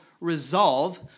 resolve